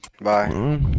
Bye